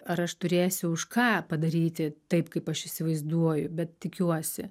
ar aš turėsiu už ką padaryti taip kaip aš įsivaizduoju bet tikiuosi